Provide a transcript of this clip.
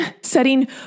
setting